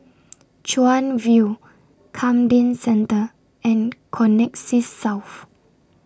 Chuan View Camden Centre and Connexis South